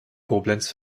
koblenz